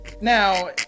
Now